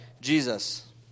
Jesus